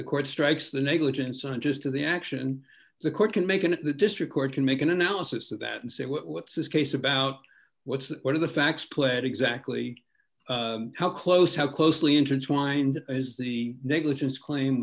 the court strikes the negligence on just to the action the court can make and the district court can make an analysis of that and say what's this case about what's what are the facts pled exactly how close how closely intertwined is the negligence claim